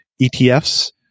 ETFs